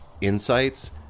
insights